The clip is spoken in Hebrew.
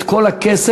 את כל הכסף,